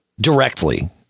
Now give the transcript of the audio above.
directly